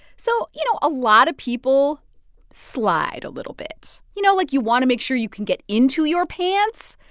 so, you know, a lot of people slide a little bit. you know, like, you want to make sure you can get into your pants.